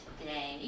today